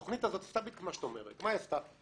התכנית הזאת עשתה מה שאת אומרת, מה היא עשתה?